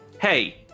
Hey